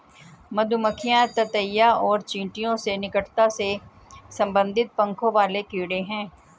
मधुमक्खियां ततैया और चींटियों से निकटता से संबंधित पंखों वाले कीड़े हैं